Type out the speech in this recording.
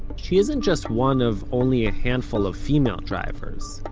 she isn't just one of only a handful of female drivers,